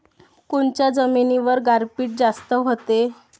कोनच्या जमिनीवर गारपीट जास्त व्हते?